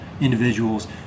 individuals